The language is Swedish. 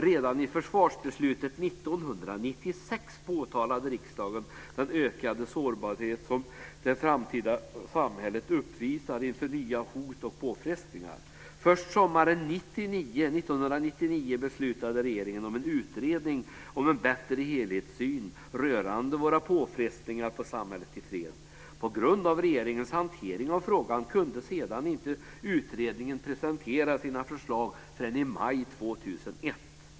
Redan i försvarsbeslutet 1996 påtalade riksdagen den ökade sårbarhet som det framtida samhället uppvisar inför nya hot och påfrestningar. Först sommaren 1999 beslutade regeringen om en utredning om en bättre helhetssyn rörande svåra påfrestningar på samhället i fred. På grund av regeringens hantering av frågan kunde utredningen sedan inte presentera sina förslag förrän i maj 2001.